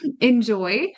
enjoy